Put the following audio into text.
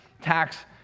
tax